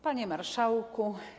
Panie Marszałku!